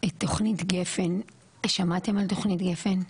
את תוכנית גפן, שמעתם על תוכנית גפן?